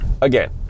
again